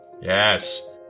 Yes